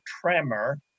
tremor